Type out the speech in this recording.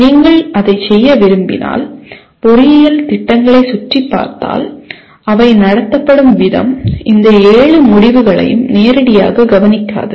நீங்கள் அதைச் செய்ய விரும்பினால் பொறியியல் திட்டங்களைச் சுற்றிப் பார்த்தால் அவை நடத்தப்படும் விதம் இந்த ஏழு முடிவுகளையும் நேரடியாகக் கவனிக்காது